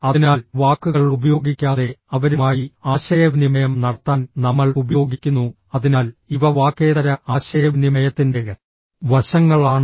അതിനാൽ വാക്കുകൾ ഉപയോഗിക്കാതെ അവരുമായി ആശയവിനിമയം നടത്താൻ നമ്മൾ ഉപയോഗിക്കുന്നു അതിനാൽ ഇവ വാക്കേതര ആശയവിനിമയത്തിന്റെ വശങ്ങളാണ്